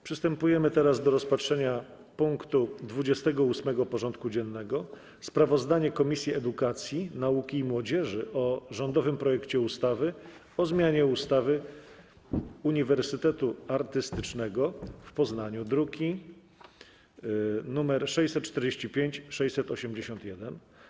Przystępujemy do rozpatrzenia punktu 28. porządku dziennego: Sprawozdanie Komisji Edukacji, Nauki i Młodzieży o rządowym projekcie ustawy o zmianie nazwy Uniwersytetu Artystycznego w Poznaniu (druki nr 645 i 681)